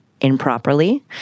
improperly